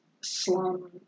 slum